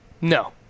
No